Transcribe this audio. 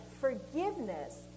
Forgiveness